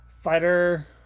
fighter